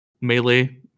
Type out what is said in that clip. melee